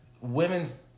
Women's